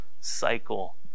cycle